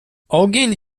ogień